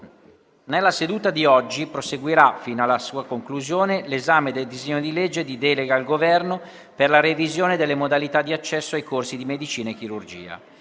Nella seduta di oggi proseguirà, fino alla sua conclusione, l'esame del disegno di legge di delega al Governo per la revisione delle modalità di accesso ai corsi di medicina e chirurgia.